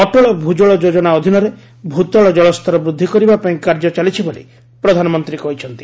ଅଟଳ ଭୂଜଳ ଯୋଜନା ଅଧୀନରେ ଭୂତଳ କଳସ୍ତର ବୃଦ୍ଧି କରିବା ପାଇଁ କାର୍ଯ୍ୟ ଚାଲିଛି ବୋଲି ପ୍ରଧାନମନ୍ତ୍ରୀ ଜଣାଇଛନ୍ତି